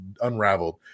unraveled